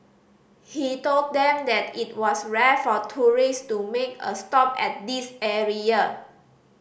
he told them that it was rare for tourist to make a stop at this area